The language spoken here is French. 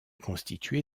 constitué